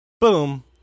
Boom